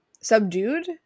subdued